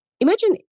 imagine